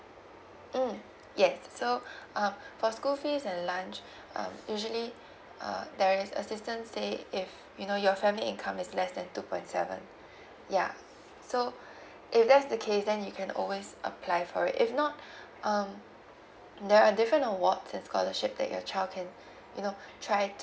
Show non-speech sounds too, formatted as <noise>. mm yes so <breath> um <breath> for school fees and lunch <breath> uh usually <breath> uh there is assistance say if you know your family income is less than two point seven <breath> ya so <breath> if that's the case then you can always apply for it if not <breath> um there are different awards and scholarship that your child can <breath> you know <breath> try